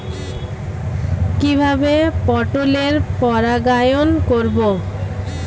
কিভাবে পটলের পরাগায়ন করব?